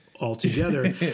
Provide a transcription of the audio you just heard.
altogether